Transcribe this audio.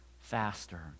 faster